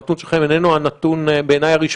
בעיני הנתון שלכם איננו הנתון הרשמי,